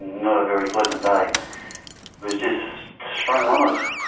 not a very pleasant day was just sprung on us.